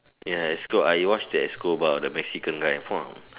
yes ESCO I watch the ESCO bar the Mexican guy !wah!